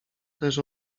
też